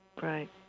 Right